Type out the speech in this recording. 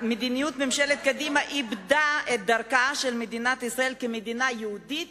מדיניות ממשלת קדימה איבדה את דרכה של מדינת ישראל כמדינה יהודית,